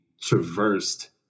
traversed